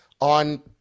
on